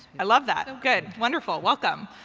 i love that. good. wonderful. welcome.